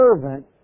servant